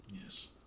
Yes